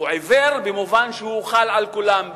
הוא עיוור במובן שהוא חל על כולם.